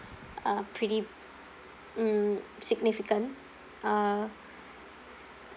uh pretty mm significant uh